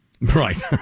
Right